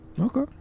Okay